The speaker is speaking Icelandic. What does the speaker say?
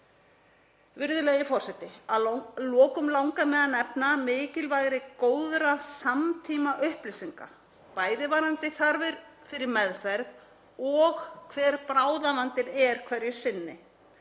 Virðulegi forseti. Að lokum langar mig að nefna mikilvægi góðra samtímaupplýsinga, bæði varðandi þarfir fyrir meðferð og hver bráðavandinn er hverju sinni.